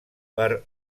per